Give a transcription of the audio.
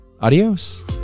Adios